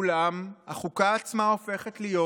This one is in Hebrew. אולם החוקה עצמה הופכת להיות,